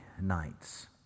nights